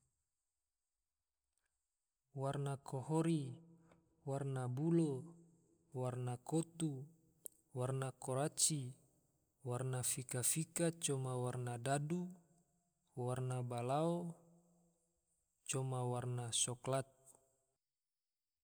Warna kohori, warna bulo, warna kotu, warna kuraci, warna fika-fika, coma warna dadu, warna balao, coma warna soklat